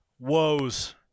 Woes